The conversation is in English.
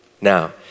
Now